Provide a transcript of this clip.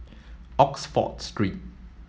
Oxford Street